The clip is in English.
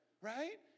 right